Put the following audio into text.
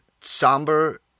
somber